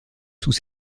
sous